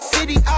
City